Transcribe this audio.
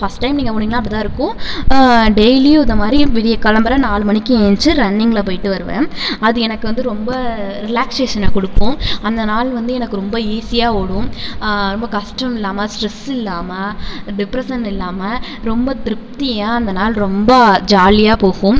first time நீங்கள் போனீங்கன்னால் அப்படிதான் இருக்கும் டெய்லியும் இந்த மாதிரி விடிய காலம்பற நாலு மணிக்கு ஏந்துச்சி ரன்னிங்ல போய்ட்டு வருவேன் அது எனக்கு வந்து ரொம்ப ரிலாக்சேஷனை கொடுக்கும் அந்த நாள் வந்து எனக்கு ரொம்ப ஈஸியாக ஓடும் ரொம்ப கஷ்டம் இல்லாமல் ஸ்ட்ரெஸ் இல்லாமல் டிப்ரசன் இல்லாமல் ரொம்ப திருப்தியாக அந்த நாள் ரொம்ப ஜாலியாக போகும்